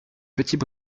petits